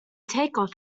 takeoff